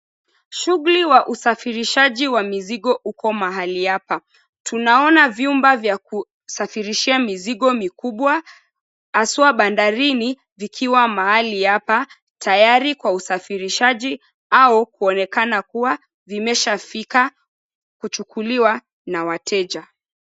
Shughuli ya usafirishaji wa mizigo uko mahali hapa. Tunaona vyumba vya kusafirishia mizigo mikubwa, haswa bandarini, vikiwa mahali hapa tayari kwa usafirishaji au kuonekana kuwa vimeshafika kuchukuliwa na wateja.